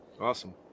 Awesome